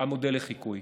המודל לחיקוי?